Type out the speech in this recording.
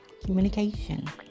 Communication